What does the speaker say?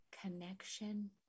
connection